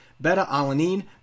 beta-alanine